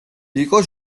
იყო